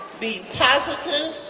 be positive,